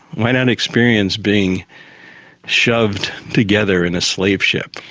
why not experience being shoved together in a slave ship?